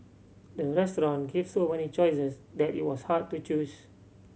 the restaurant gave so many choices that it was hard to choose